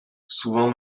souvent